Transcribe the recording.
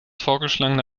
vorgeschlagene